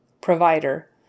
provider